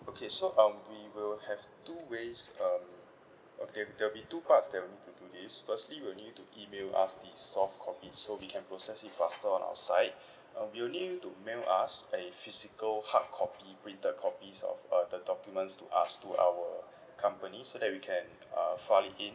okay so um we will have two ways um okay there will be two parts that we can do this firstly we'll need you to email us the soft copy so we can process it faster on our side uh we will need you to mail us a physical hardcopy printed copies of uh the documents to us to our company so that we can uh file it in